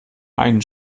einen